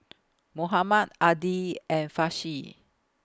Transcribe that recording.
Muhammad Adi and Farish